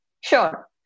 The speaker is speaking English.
Sure